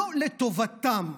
לא לטובתם,